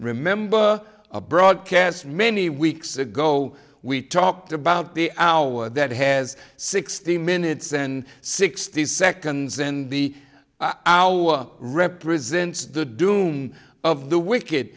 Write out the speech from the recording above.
remember a broadcast many weeks ago we talked about the hour that has sixty minutes and sixty seconds and the hour represents the doom of the wicked